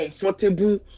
comfortable